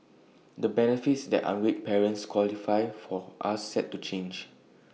the benefits that unwed parents qualify for are set to change